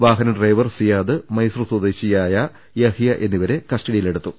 വാഹന ഡ്രൈവർ സിയാദ് മൈസൂർ സ്വദേശിയായ യഹൃ എന്നിവരെ കസ്റ്റഡിയിലെടുത്തു